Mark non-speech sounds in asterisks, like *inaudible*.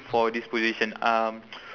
for this position um *noise*